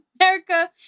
America